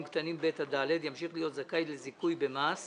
קטנים (ב) עד (ד) ימשיך להיות זכאי לזיכוי ממס